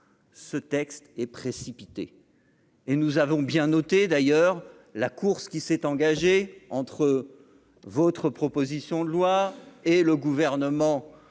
ce texte est précipité et nous avons bien noté d'ailleurs la course qui s'est engagé entre votre proposition de loi et le gouvernement